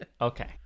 Okay